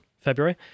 February